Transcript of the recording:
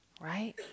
Right